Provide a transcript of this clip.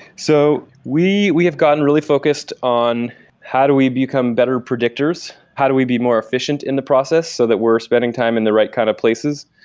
so we we have gotten really focused on how do we become better predictors? how do we be more efficient in the process so that we're spending time in the right kind of places?